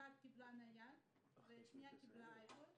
אחת קיבלה מחשב נייד והשנייה קיבלה אייפוד,